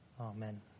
Amen